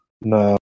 No